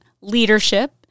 leadership